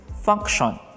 function